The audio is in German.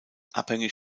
abhängig